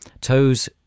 Toes